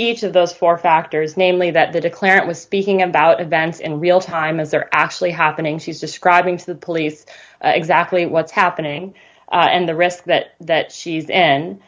each of those four factors namely that the declarant was speaking about events in real time as they're actually happening she's describing to the police exactly what's happening and the risk that that she's then